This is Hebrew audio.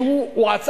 כי הוא עצר,